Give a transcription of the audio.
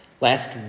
Last